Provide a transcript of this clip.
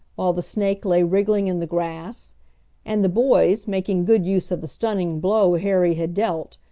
while the snake lay wriggling in the grass and the boys, making good use of the stunning blow harry had dealt,